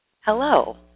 hello